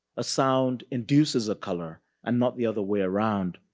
a sound induces a color and not the other way around.